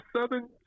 Southern